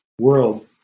world